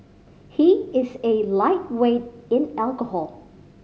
he is a lightweight in alcohol